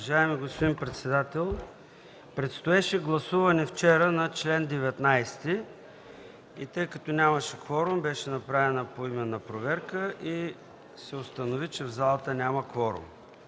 Уважаеми господин председател, вчера предстоеше гласуване на чл. 19. Тъй като нямаше кворум, беше направена поименна проверка и се установи, че в залата няма кворум.